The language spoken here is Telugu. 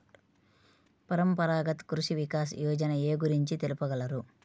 పరంపరాగత్ కృషి వికాస్ యోజన ఏ గురించి తెలుపగలరు?